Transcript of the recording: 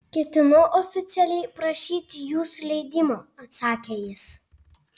ketinau oficialiai prašyti jūsų leidimo atsakė jis